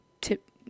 tip